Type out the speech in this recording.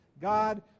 God